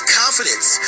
confidence